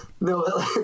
No